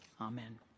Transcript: Amen